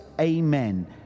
amen